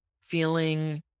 feeling